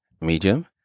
medium